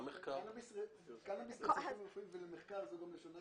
קנאבוס לצרכים רפואיים ולמחקר, זה לא משנה.